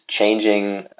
changing